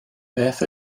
beth